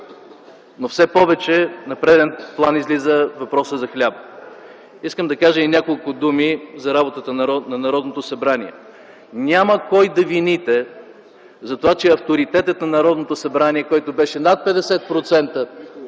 но все повече на преден план излиза въпроса за хляба. Искам да кажа и няколко думи за работата на Народното събрание. Няма кой да вините за това, че авторитетът на Народното събрание, който беше над 50%